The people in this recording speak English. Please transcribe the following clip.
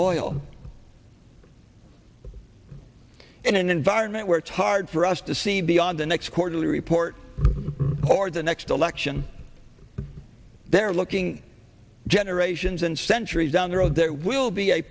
all in an environment where it's hard for us to see beyond the next quarterly report card the next election they're looking generations and centuries down the road there will be a